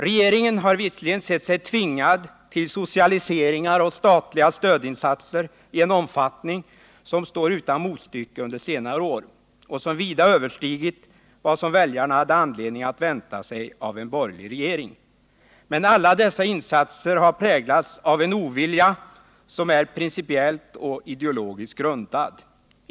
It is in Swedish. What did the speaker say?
Regeringen har visserligen sett sig tvingad till socialiseringar och statliga stödinsatser i en omfattning som är utan motstycke under senare år och som vida överstigit vad väljarna hade anledning att vänta sig av en borgerlig regering. Men alla dessa insatser har präglats av en ovilja som är principiellt och ideologiskt grundad.